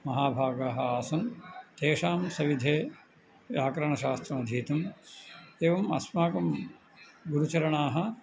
महाभागाः आसन् तेषां सविधे व्याकरणशास्त्रमधीतम् एवम् अस्माकं गुरुचरणाः